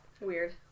Weird